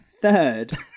third